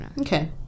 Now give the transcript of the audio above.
Okay